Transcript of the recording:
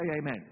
amen